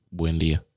Buendia